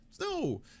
No